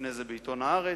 ולפני זה בעיתון "הארץ"